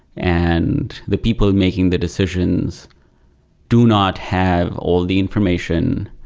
and the people making the decisions do not have all the information,